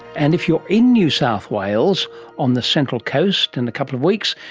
and if you are in new south wales on the central coast in a couple of weeks,